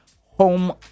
home